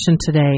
today